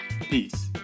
peace